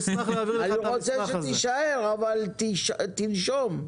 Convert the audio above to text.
אני רוצה שתישאר אבל תנשום.